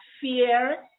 fear